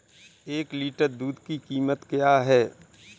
एक लीटर दूध की कीमत क्या है?